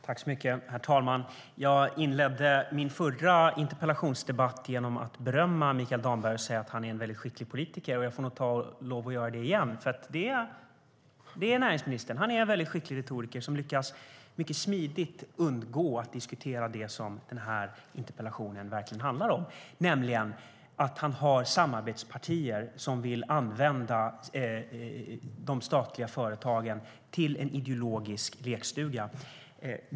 Herr talman! Jag inledde min förra interpellationsdebatt med att berömma Mikael Damberg och säga att han är en skicklig politiker. Jag får lov att göra det igen. Näringsministern är en skicklig retoriker som smidigt lyckas undgå att diskutera det som interpellationen verkligen handlar om, nämligen att det finns samarbetspartier som vill använda de statliga företagen till en ideologisk lekstuga.